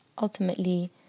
ultimately